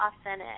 authentic